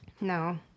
No